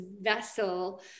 vessel